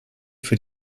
für